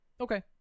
Okay